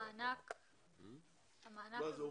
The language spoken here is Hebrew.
מה זה?